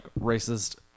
racist